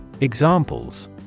Examples